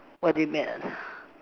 what do you mean